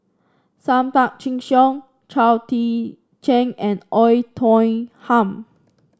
Sam Tan Chin Siong Chao Tzee Cheng and Oei Tiong Ham